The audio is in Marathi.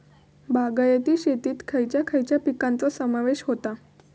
बागायती शेतात खयच्या खयच्या पिकांचो समावेश होता?